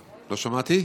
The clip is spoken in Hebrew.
לא שמעתי.